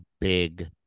big